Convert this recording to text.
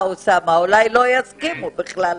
אולי לא יסכימו בכלל לתוכנית.